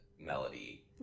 melody